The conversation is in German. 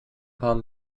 haben